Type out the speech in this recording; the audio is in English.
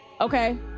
okay